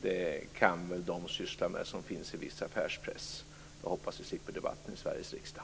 Det kan väl de syssla med som finns i viss affärspress. Jag hoppas att vi slipper debatten i Sveriges riksdag.